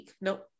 nope